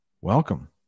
Welcome